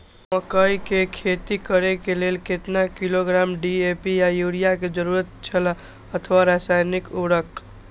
मकैय के खेती करे के लेल केतना किलोग्राम डी.ए.पी या युरिया के जरूरत छला अथवा रसायनिक उर्वरक?